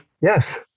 Yes